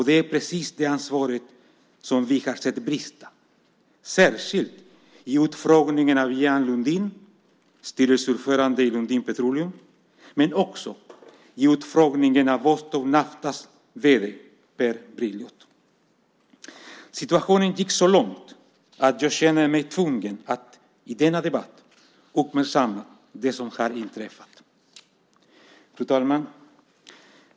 Det är precis det ansvaret som vi har sett brista, särskilt i utfrågningen av Ian Lundin, styrelseordförande i Lundin Petroleum, men också i utfrågningen av Vostok Naftas vd Per Brilioth. Situationen gick så långt att jag känner mig tvungen att i denna debatt uppmärksamma det som har inträffat. Fru talman!